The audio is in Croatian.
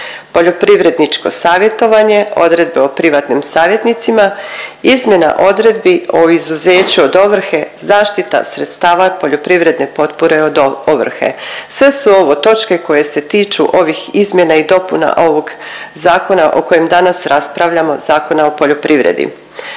poljoprivredničko savjetovanje, odredbe o privatnim savjetnicima, izmjena odredbi o izuzeću od ovrhe, zaštita sredstava poljoprivredne potpore od ovrhe. Sve su ovo točke koje se tiču ovih izmjena i dopuna ovog zakona o kojem danas raspravljamo Zakona o poljoprivredi.